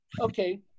okay